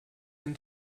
den